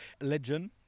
Legend